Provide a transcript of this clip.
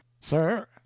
sir